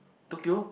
Tokyo